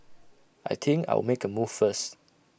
I think I'll make A move first